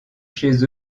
chez